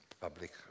public